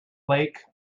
lake